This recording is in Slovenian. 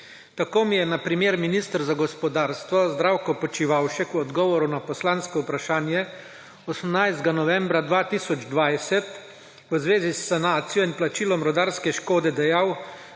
Tako mi je na primer minister za gospodarstvo Zdravko Počivalšek v odgovoru na poslansko vprašanje 18. novembra 2020 v zvezi s sanacijo in plačilom rudarske škode dejal,